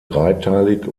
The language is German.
dreiteilig